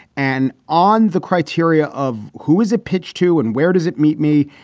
and on the criteria of who is a pitch to and where does it meet me,